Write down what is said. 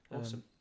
Awesome